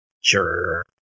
Sure